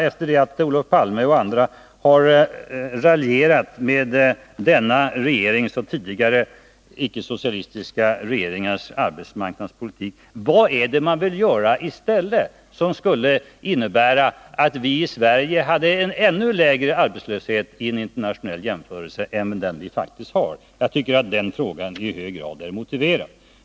Efter att Olof Palme och andra har raljerat med denna regerings och tidigare icke socialistiska regeringars arbetsmarknadspolitik skulle man gärna vilja veta: Vad är det man vill göra i stället, som skulle innebära att vi i Sverige fick en i internationell jämförelse ännu lägre arbetslöshet än den vi faktiskt har? Jag tycker att den frågan är i hög grad motiverad.